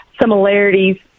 similarities